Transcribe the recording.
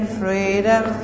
freedom